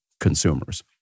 consumers